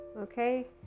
okay